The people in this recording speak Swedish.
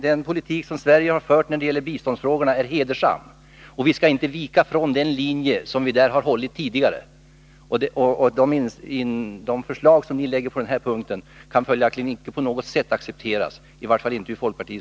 Den politik som Sverige har fört när det gäller biståndsfrågorna är hedersam. Vi skall inte vika från den ståndpunkt som vi tidigare har intagit. De förslag som ni framlägger på denna punkt kan följaktligen inte på något sätt accepteras, i varje fall inte av folkpartiet.